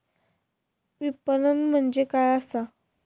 विपणन म्हणजे काय असा?